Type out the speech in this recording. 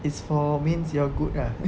it's for means you're good lah